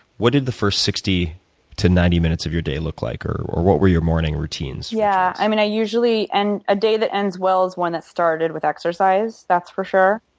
what did the first sixty to ninety minutes of your day look like, or or what were your morning routines? yeah. i mean, i usually and a day that ends well is one that started with exercise. that's for sure.